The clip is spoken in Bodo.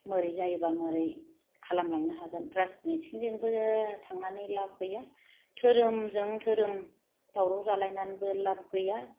माबोरै जायोब्ला माबोरै खालामलांनो हागोन राजनितिकजोंबो थांनानै लाब गैया धोरोमजों धोरोम दावराव जालायनानैबो लाब गैया